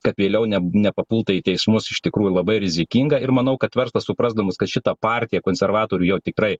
kad vėliau ne nepapultų į teismus iš tikrųjų labai rizikinga ir manau kad verslas suprasdamas kad šita partija konservatorių jau tikrai